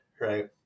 right